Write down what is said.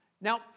Now